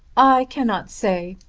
i cannot say.